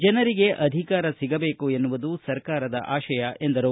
ಜನರಿಗೆ ಅಧಿಕಾರ ಸಿಗಬೇಕು ಎನ್ನುವುದು ಸರ್ಕಾರದ ಆಶಯ ಎಂದು ಹೇಳದರು